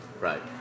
right